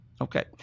okay